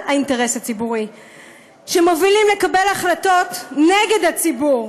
האינטרס הציבורי ומובילים לקבל החלטות נגד הציבור.